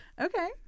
Okay